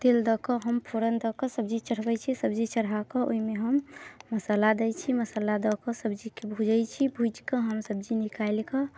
तेल दऽकऽ हम फोरन दऽकऽ सब्जी चढ़बै छी सब्जी चढ़ाके ओइमे हम मसाला दै छी मसाला दऽकऽ सब्जीके भूजै छी भूजिकऽ हम सब्जी निकालिकऽ